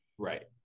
right